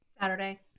Saturday